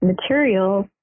materials